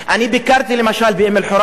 אני ביקרתי למשל באום-אלחיראן שבנגב,